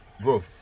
bro